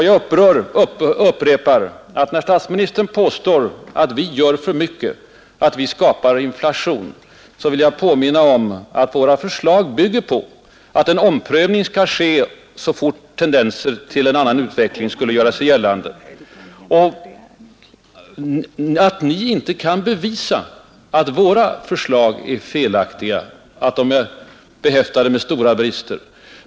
Jag upprepar: När statsministern påstår att vi gör för mycket och att vi därmed skapar risk för inflation, vill jag påminna om att våra förslag bygger på att en omprövning av våra åtgärder skall ske så fort tendenser till en annan utveckling gör sig gällande. Ni kan inte bevisa att våra förslag är felaktiga, att de är behäftade med brister.